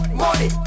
money